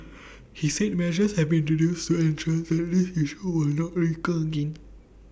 he said measures have been introduced to ensure that this issue will not recur again